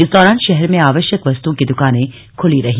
इस दौरान शहर में आवश्यक वस्तुओं की दुकाने खुली रहीं